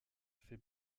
fait